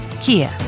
Kia